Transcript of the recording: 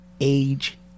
age